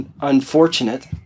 unfortunate